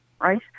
right